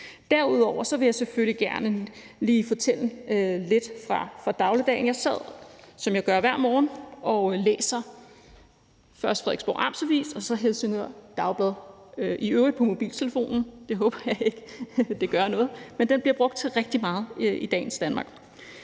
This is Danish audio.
Derudover vil jeg selvfølgelig gerne lige fortælle lidt fra dagligdagen. Jeg sidder, som jeg gør hver morgen, og læser først Frederiksborg Amts Avis og så Helsingør Dagblad, i øvrigt på mobiltelefonen, det håber jeg ikke gør noget, men den bliver brugt til rigtig meget i dagens Danmark.